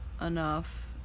enough